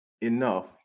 enough